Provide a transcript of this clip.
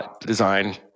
design